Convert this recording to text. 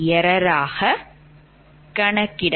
01MW